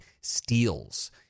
steals